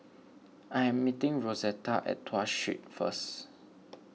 I am meeting Rosetta at Tuas Street first